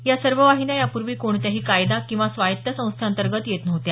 या सर्व वाहिन्या यापूर्वी कोणत्याही कायदा किंवा स्वायत्त संस्थेअंतर्गत येत नव्हत्या